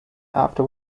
after